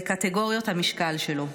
בקטגוריית המשקל שלו.